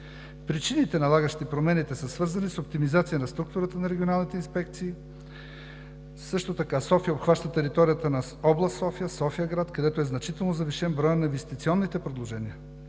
Причините, налагащи промените, са свързани с оптимизация на структурата на регионалните инспекции, също така София обхваща територията на София-област, София-град, където значително е завишен броят на инвестиционните предложения,